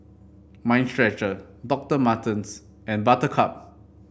Mind Stretcher Doctor Martens and Buttercup